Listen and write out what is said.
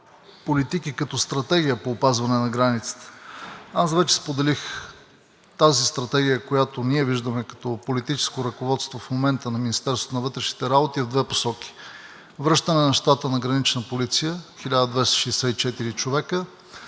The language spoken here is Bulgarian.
като стратегия по опазване на границата. Аз вече споделих – тази стратегия, която ние виждаме като политическо ръководство в момента на Министерството на вътрешните работи, е в две посоки – връщане на щата на Гранична полиция – 1264 човека,